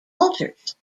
alters